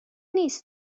نیست